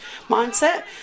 mindset